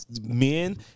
men